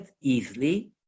easily